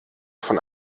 von